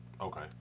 Okay